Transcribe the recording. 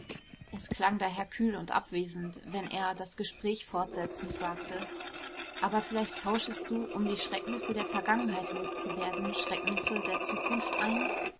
es klang daher kühl und abwesend wenn er das gespräch fortsetzend sagte aber vielleicht tauschest du um die schrecknisse der vergangenheit los zu werden schrecknisse der zukunft ein